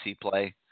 play